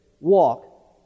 walk